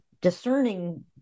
discerning